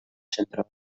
zentroa